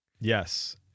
Yes